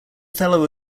fellow